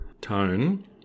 tone